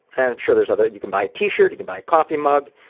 and i'm sure there's other you can buy a t-shirt, you can buy a coffee mug,